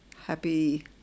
happy